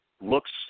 looks